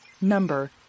Number